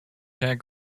jack